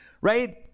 right